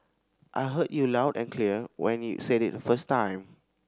I heard you loud and clear when you said it the first time